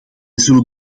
zullen